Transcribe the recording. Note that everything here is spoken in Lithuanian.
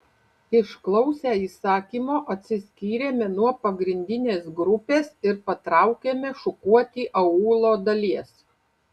išklausę įsakymo atsiskyrėme nuo pagrindinės grupės ir patraukėme šukuoti aūlo dalies